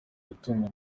gutunga